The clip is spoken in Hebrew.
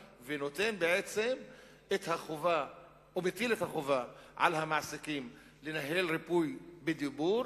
ומטיל את החובה על המעסיקים לנהל ריפוי בדיבור,